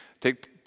take